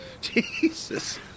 Jesus